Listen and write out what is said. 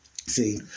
See